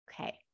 Okay